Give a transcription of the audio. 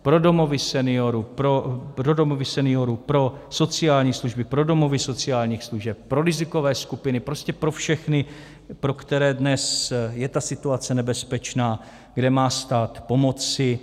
Pro domovy seniorů, pro sociální služby, pro domovy sociálních služeb, pro rizikové skupiny, prostě pro všechny, pro které dnes je ta situace nebezpečná, kde má stát pomoci.